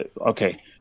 Okay